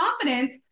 confidence